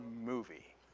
movie